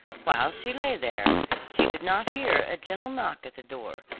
while she lay there, she did not hear a gentle knock at the door,